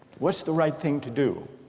what's the right thing to do?